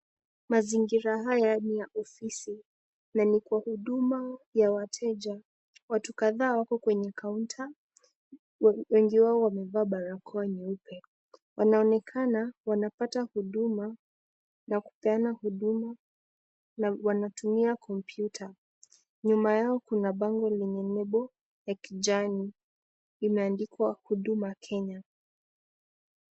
Mazingira haya ni ya ofisi, na ni kwa huduma ya wateja. Watu kadhaa wako kwenye counter , wengi wao wamevaa barakoa nyeupe. Wanaonekana wanapata huduma na kupeana huduma na wanatumia kompyuta. Nyuma yao kuna bango lenye label ya kijani imeandikwa Huduma Kenya